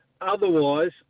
Otherwise